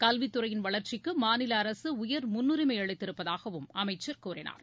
கல்வித்துறையின் வளர்ச்சிக்கு மாநில அரசு உயர் முன்னுரிமை அளித்திருப்பதாகவும் அமைச்சர் கூறினார்